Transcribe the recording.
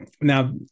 now